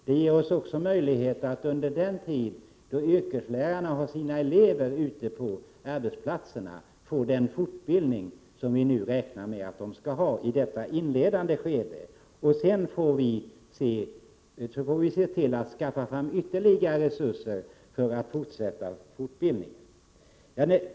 Det ger oss också möjlighet att under den tid då yrkeslärarna har sina elever ute på arbetsplatserna ge dem den fortbildning som vi räknar med att de skall ha i detta inledande skede. Sedan får vi se till att skaffa fram ytterligare resurser för att fortsätta fortbildningen.